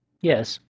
Yes